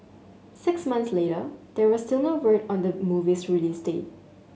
six months later there was still no word on the movie's release date